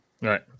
Right